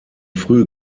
früh